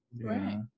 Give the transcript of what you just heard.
Right